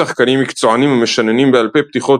שחקנים מקצוענים משננים בעל פה פתיחות